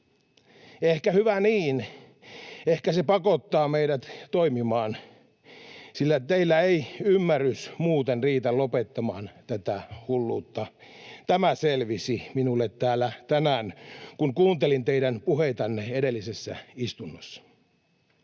Ehkä hyvä niin. Ehkä se pakottaa meidät toimimaan, sillä teillä ei ymmärrys muuten riitä lopettamaan tätä hulluutta. Tämä selvisi minulle täällä tänään, kun kuuntelin teidän puheitanne edellisessä istunnossa.